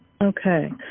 Okay